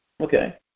Okay